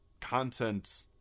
content